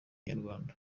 inyarwanda